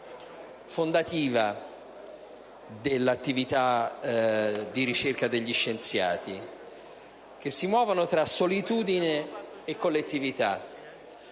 fondativa dell'attività di ricerca degli scienziati che si muovono tra solitudine e collettività.